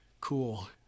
cool